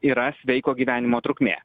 yra sveiko gyvenimo trukmė